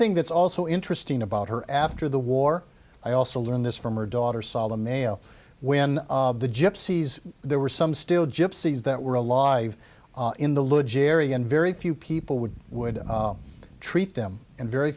thing that's also interesting about her after the war i also learned this from her daughter saw the mail when the gypsies there were some still gypsies that were alive in the ligero and very few people would would treat them and very